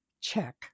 check